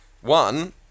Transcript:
One